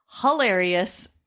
hilarious